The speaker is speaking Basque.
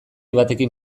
batekin